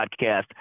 Podcast